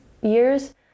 years